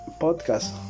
podcast